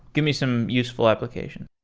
give me some useful application.